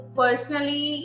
personally